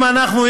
אם אנחנו,